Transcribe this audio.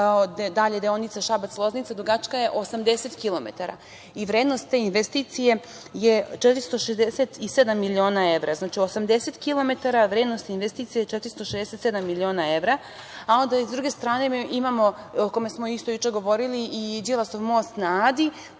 Šapcu. Deonica Šabac-Loznica dugačka je 80 km i vrednost te investicije je 467 miliona evra. Znači, 80 km, vrednost investicije je 467 miliona evra. Sa druge strane, o tome smo juče govorili, imamo Đilasov most na Adi,